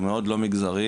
מאוד לא מגזריים,